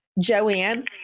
Joanne